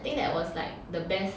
think that was like the best